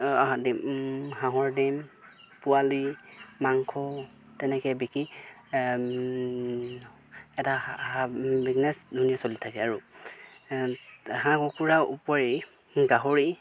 হাঁহৰ ডিম হাঁহৰ ডিম পোৱালি মাংস তেনেকৈ বিক্ৰী এটা হাঁহৰ বিজনেছ ধুনীয়া চলি থাকে আৰু হাঁহ কুকুৰা উপৰি গাহৰি